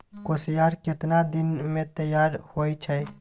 कोसियार केतना दिन मे तैयार हौय छै?